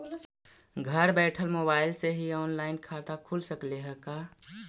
घर बैठल मोबाईल से ही औनलाइन खाता खुल सकले हे का?